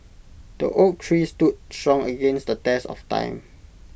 the oak tree stood strong against the test of time